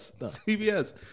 CBS